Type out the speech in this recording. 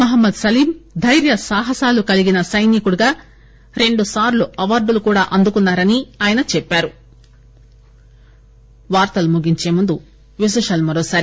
మహ్మద్ సలీం దైర్య సాహసాలు కలిగిన సైనికుడిగా రెండు సార్టు అవార్డులు కూడా అందుకున్నారని ఆయన చెప్పారు